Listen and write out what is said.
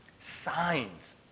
signs